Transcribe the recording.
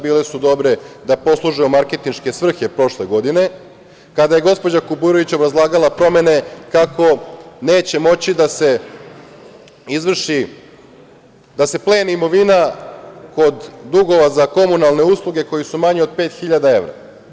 Bile su dobre da posluže u marketinške svrhe prošle godine kada je gospođa Kuburović obrazlagala promene kako neće moći da se pleni imovine kod dugova za komunalne usluge koji su manji od 5.000 evra.